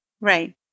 Right